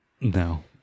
No